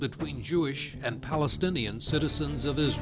between jewish and palestinian citizens of